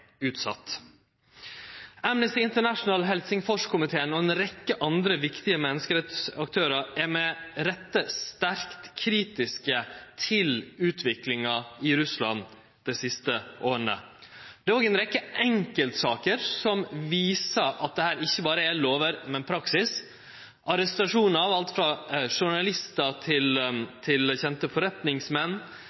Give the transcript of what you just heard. Amnesty International, Helsingforskomiteen og ei rekkje andre viktige menneskerettsaktørar er med rette sterkt kritiske til utviklinga i Russland dei siste åra. Det er òg ei rekkje enkeltsaker som viser at dette ikkje berre er lover, men praksis. Arrestasjonar av alt frå journalistar til kjende forretningsmenn,